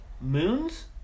Moons